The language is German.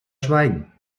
schweigen